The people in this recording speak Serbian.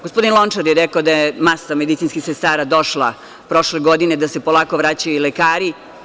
Gospodin Lončar je rekao da je masa medicinskih sestara došla prošle godine, da se polako vraćaju i lekari.